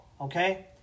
okay